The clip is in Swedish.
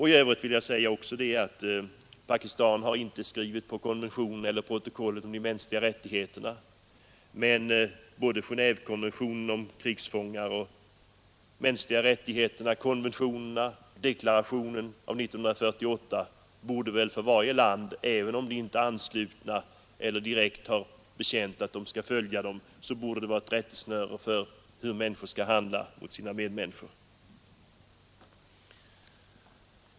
I övrigt vill jag också säga att Pakistan inte har skrivit på vare sig konventionen eller protokollet om de mänskliga rättigheterna. Men både Genévekonventionen om krigsfångar och konventionen om de mänskliga rättigheterna liksom deklarationen av 1948 borde väl för varje land — även om det inte är anslutet till eller direkt har bekänt att det skall följa detta — vara ett rättesnöre för människors handlande mot sina medmänniskor.